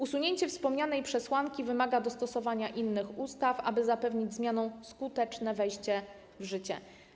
Usunięcie wspomnianej przesłanki wymaga dostosowania innych ustaw, aby zapewnić zmianą skuteczne wejście w życie.